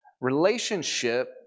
relationship